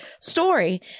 story